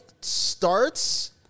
starts